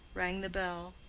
rang the bell,